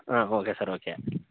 ಹಾಂ okay sir okay